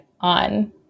on